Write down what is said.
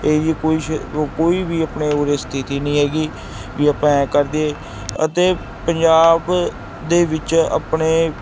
ਇਹ ਕੋਈ ਸ਼ ਕੋਈ ਵੀ ਆਪਣੇ ਉਰੇ ਸਥਿਤੀ ਨਹੀਂ ਹੈਗੀ ਵੀ ਆਪਾਂ ਐ ਕਰ ਦਈਏ ਅਤੇ ਪੰਜਾਬ ਦੇ ਵਿੱਚ ਆਪਣੇ